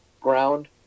ground